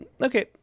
Okay